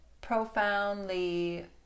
profoundly